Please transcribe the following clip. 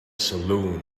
saloon